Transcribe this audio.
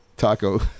taco